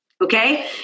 Okay